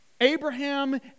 Abraham